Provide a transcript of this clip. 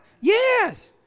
Yes